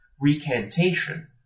recantation